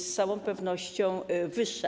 Z całą pewnością wyższe.